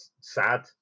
sad